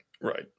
Right